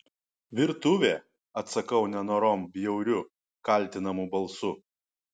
virtuvė atsakau nenorom bjauriu kaltinamu balsu